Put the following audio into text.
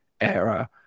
era